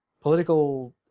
Political